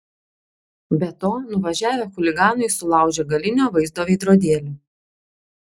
be to nuvažiavę chuliganai sulaužė galinio vaizdo veidrodėlį